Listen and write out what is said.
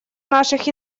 наших